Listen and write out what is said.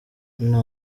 nta